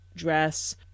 dress